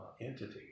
entity